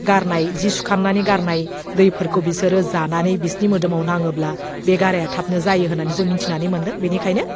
गारनाय जि सुखांनानै गारनाय दैफोरखौ बिसोरो जानानै बिसिनि मोदोमाव नाङोब्ला बे गाराइया थाबनो जायो होन्नानै जों मोनथिनानै मोनदों बेनिखायनो